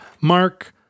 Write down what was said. Mark